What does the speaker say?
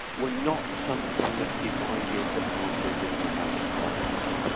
were not something that divided the parties in the house of commons.